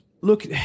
Look